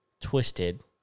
twisted